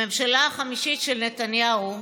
הממשלה החמישית של נתניהו,